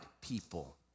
people